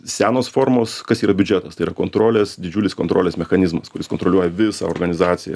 senos formos kas yra biudžetas tai yra kontrolės didžiulis kontrolės mechanizmas kuris kontroliuoja visą organizaciją